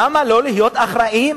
למה לא להיות אחראיים